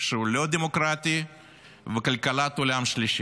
שהוא לא דמוקרטי וכלכלת עולם שלישי.